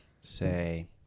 say